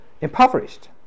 impoverished